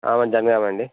అవును జనగామ అండి